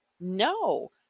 No